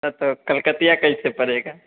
हाँ तो कलकतिया कैसे पड़ेगा